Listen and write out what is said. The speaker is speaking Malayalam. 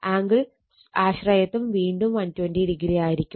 ആംഗിൾ ആശ്രയത്വം വീണ്ടും 120o ആയിരിക്കും